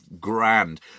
grand